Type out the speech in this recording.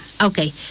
okay